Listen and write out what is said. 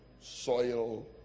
soil